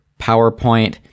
PowerPoint